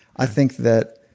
i think that